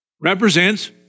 represents